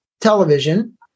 television